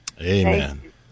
Amen